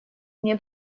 мне